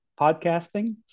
podcasting